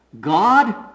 God